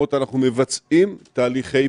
תודה.